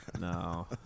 No